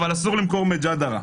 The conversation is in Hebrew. אבל אסור למכור מג'דרה.